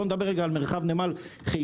בוא נדבר רגע על מרחב נמל חיפה,